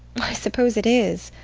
i suppose it is.